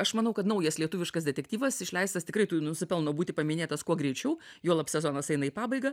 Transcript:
aš manau kad naujas lietuviškas detektyvas išleistas tikrai nusipelno būti paminėtas kuo greičiau juolab sezonas eina į pabaigą